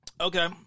Okay